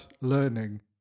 learning